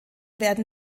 werden